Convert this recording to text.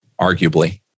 arguably